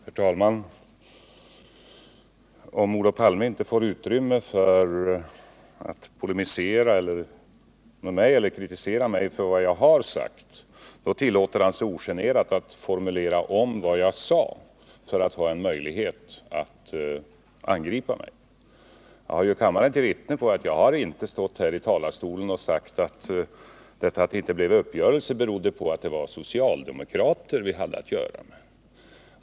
Herr talman! Om Olof Palme inte får utrymme för att polemisera mot eller kritisera mig för vad jag har sagt, tillåter han sig ogenerat att formulera om vad jag sade för att ha en möjlighet att angripa mig. Jag har kammaren till vittne på att jag inte har stått här i talarstolen och sagt att anledningen till att det inte blev en uppgörelse var att det var socialdemokrater vi hade att göra med.